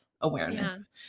awareness